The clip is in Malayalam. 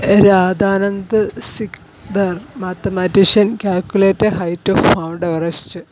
Radhanand Sikdar mathematician calculate height of mount Everest